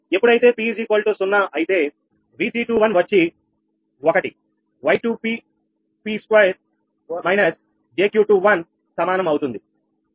ఎప్పుడైతే p0 అయితే 𝑉𝑐21 వచ్చి 1𝑌22𝑃2−𝑗𝑄21 సమానం అవుతుంది